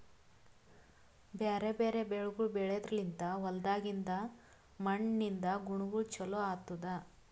ಬ್ಯಾರೆ ಬ್ಯಾರೆ ಬೆಳಿಗೊಳ್ ಬೆಳೆದ್ರ ಲಿಂತ್ ಹೊಲ್ದಾಗಿಂದ್ ಮಣ್ಣಿನಿಂದ ಗುಣಗೊಳ್ ಚೊಲೋ ಆತ್ತುದ್